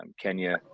kenya